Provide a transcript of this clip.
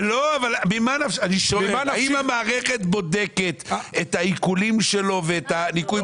האם המערכת בודקת את העיקולים שלו ואת הניכוי